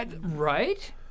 right